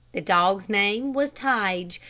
the dog's name was tige,